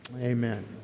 amen